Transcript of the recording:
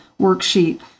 worksheet